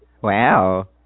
Wow